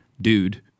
dude